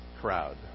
crowd